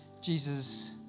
Jesus